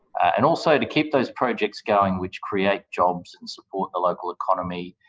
and also to keep those projects going which create jobs and support the local economy,